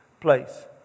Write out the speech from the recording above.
place